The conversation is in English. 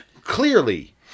clearly